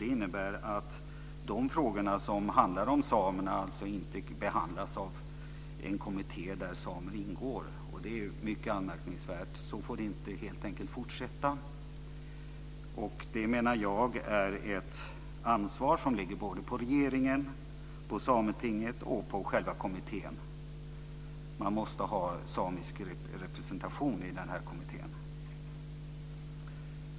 Det innebär att samefrågorna alltså inte behandlas av en kommitté där samer ingår. Det är mycket anmärkningsvärt. Så får det helt enkelt inte fortsätta. Det, menar jag, är ett ansvar som ligger både på regeringen, på Sametinget och på själva kommittén. Man måste ha samisk representation i den här kommittén.